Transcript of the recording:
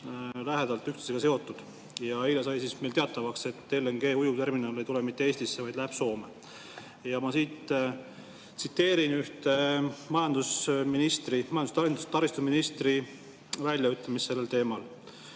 lähedalt üksteisega seotud. Eile sai teatavaks, et LNG ujuvterminal ei tule mitte Eestisse, vaid läheb Soome. Ma tsiteerin ühte majandus- ja taristuministri väljaütlemist sellel teemal.